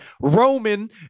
Roman